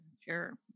sure